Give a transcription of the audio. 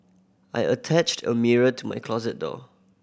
I attached a mirror to my closet door